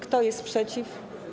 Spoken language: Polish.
Kto jest przeciw?